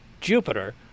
Jupiter